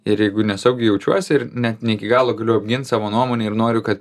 ir jeigu nesaugiai jaučiuosi ir net ne iki galo galiu apginti savo nuomonę ir noriu kad